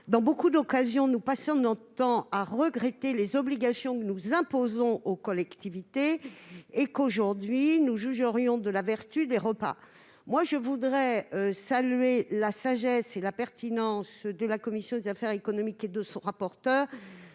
sénateur varie ... Nous passons notre temps à regretter les obligations que nous imposons aux collectivités et aujourd'hui nous jugerions de la vertu des repas ? Je voudrais saluer la sagesse et la pertinence de la position de la commission des affaires économiques et de sa rapporteure.